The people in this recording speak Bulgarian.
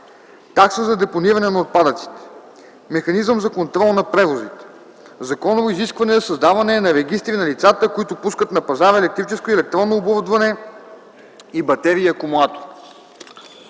такса за депониране на отпадъците; - механизъм за контрол на превозите; - законово изискване за създаване на регистри на лицата, които пускат на пазара електрическо и електронно оборудване и батерии и акумулатори;